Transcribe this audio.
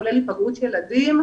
כולל היפגעות ילדים,